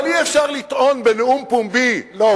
אבל אי-אפשר לטעון בנאום פומבי שאנחנו,